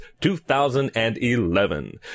2011